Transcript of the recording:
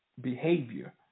behavior